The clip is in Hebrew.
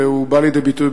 והוא בא לידי ביטוי,